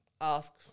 ask